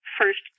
first